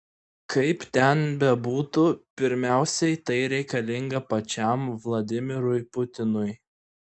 kaip ten bebūtų pirmiausiai tai reikalinga pačiam vladimirui putinui